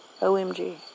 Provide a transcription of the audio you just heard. OMG